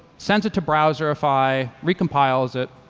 sends it to browserify, recompiles it,